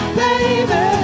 baby